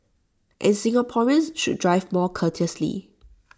and Singaporeans should drive more courteously